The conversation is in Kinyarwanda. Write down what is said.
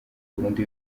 burundu